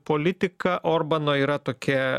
politika orbano yra tokia